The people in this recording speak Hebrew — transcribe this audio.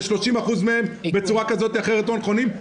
ש-30% מהם בצורה כזו או אחרת לא נכונים?